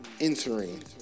entering